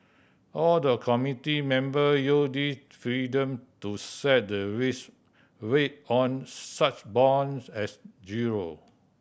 all the committee member use this freedom to set the risk weight on such bonds as zero